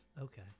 Okay